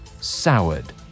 soured